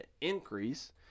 increase